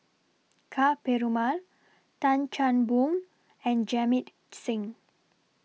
Ka Perumal Tan Chan Boon and Jamit Singh